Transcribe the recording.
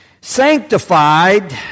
Sanctified